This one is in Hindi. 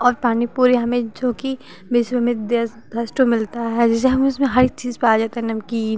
और पानी पूरी हमें जो कि विश्व में बेस्ट मिलता है जैसे हम उसमें हर एक चीज़ पा जाते नमकीन